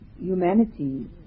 humanity